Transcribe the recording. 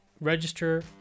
register